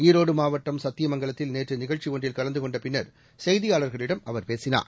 ஈரோடு மாவட்டம் சத்தியமங்கலத்தில் நேற்று நிகழ்ச்சி ஒன்றில் கலந்து கொண்ட பின்னர் செய்தியாளர்களிடம் அவர் பேசினார்